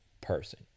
person